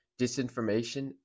disinformation